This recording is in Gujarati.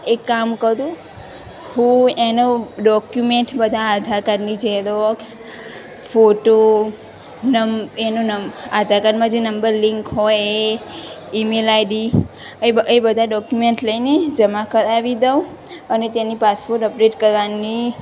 એક કામ કરું હું એનો ડોક્યુમેન્ટ બધા આધાર કાર્ડની ઝેરોક્ષ ફોટો એનો આધાર કાર્ડમાં જે નંબર લિન્ક હોય એ ઈમેલ આઈડી એ એ બધાય ડોક્યુમેન્ટ લઈને જમા કરાવી દઉં અને તેની પાસપોટ અપડેટ કરવાની